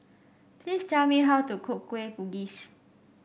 please tell me how to cook Kueh Bugis